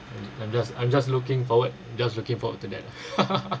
I'm just I'm just looking forward I'm just looking forward to that